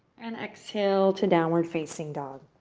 and exhale to downward facing dog.